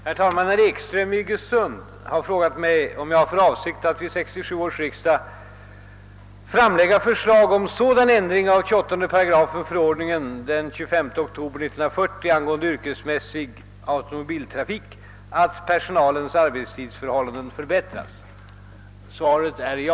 Herr talman! Herr Ekström i Iggesund har frågat mig om jag har för avsikt att vid 1967 års riksdag framlägga förslag om sådan ändring av 288 förordningen den 25 oktober 1940 angående yrkesmässig automobiltrafik att personalens arbetstidsförhållanden förbättras. Svaret är: Ja.